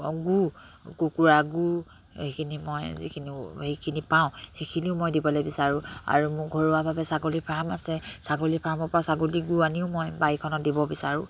গু কুকুৰা গু সেইখিনি মই যিখিনি সেইখিনি পাওঁ সেইখিনিও মই দিবলে বিচাৰোঁ আৰু মোৰ ঘৰুৱাভাৱে ছাগলী ফাৰ্ম আছে ছাগলী ফাৰ্মৰ পৰা ছাগলী গু আনিও মই বাৰীখনত দিব বিচাৰোঁ